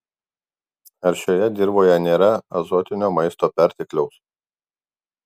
ar šioje dirvoje nėra azotinio maisto pertekliaus